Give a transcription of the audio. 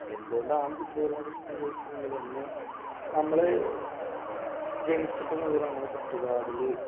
എന്ത്കൊണ്ടാണ് ഫുട്ബോളിനോട് ഇഷ്ടം ചോദിച്ചു കഴിഞ്ഞാലൊന്ന് നമ്മൾ ജനിച്ചപ്പോൾ മുതൽ നമ്മളുടെ ചുറ്റുപാടിൽ